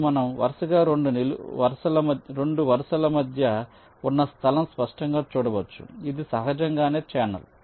ఇప్పుడు మనం వరుసగా 2 వరుసల మధ్య ఉన్న స్థలం స్పష్టంగా చూడవచ్చు ఇది సహజంగానే ఛానెల్